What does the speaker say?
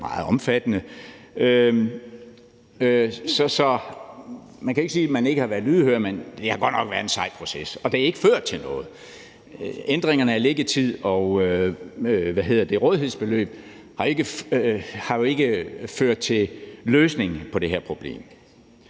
også blev lavet. Så man kan ikke sige, at man ikke har været lydhør, men det har godt nok været en sej proces, og det har ikke ført til noget. Ændringerne af det med liggetid og rådighedsbeløb har ikke ført til løsning på det her problem.